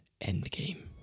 endgame